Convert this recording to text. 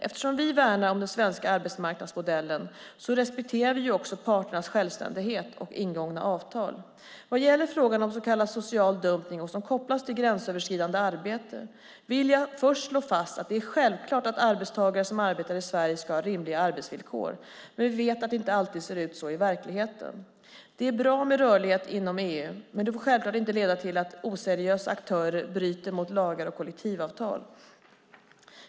Eftersom vi värnar om den svenska arbetsmarknadsmodellen respekterar vi också parternas självständighet och ingångna avtal. Vad gäller frågan om så kallad social dumpning, vilken kopplas till gränsöverskridande arbete, vill jag först slå fast att det är självklart att arbetstagare som arbetar i Sverige ska ha rimliga arbetsvillkor, men vi vet att det inte alltid ser ut så i verkligheten. Det är bra med rörlighet inom EU, men det får självklart inte leda till att oseriösa aktörer bryter mot lagar och kollektivavtal.